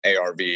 ARV